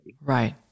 Right